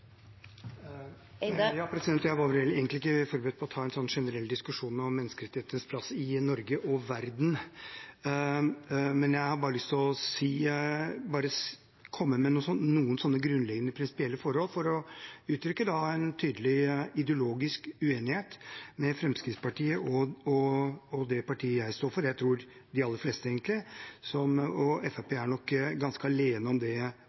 Jeg var vel egentlig ikke forberedt på å ta en generell diskusjon om menneskerettighetenes plass i Norge og verden. Jeg har bare lyst til å ta opp noen grunnleggende prinsipielle forhold for å uttrykke en tydelig ideologisk uenighet mellom Fremskrittspartiet og det partiet mitt og jeg – og jeg tror de aller fleste, egentlig – står for. Fremskrittspartiet er nok ganske alene om